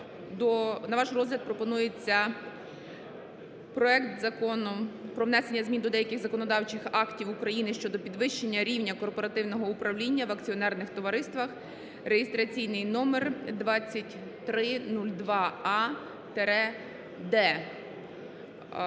на ваш розгляд пропонується проект Закону про внесення змін до деяких законодавчих актів України щодо підвищення рівня корпоративного управління в акціонерних товариствах (реєстраційний номер 2302а-д).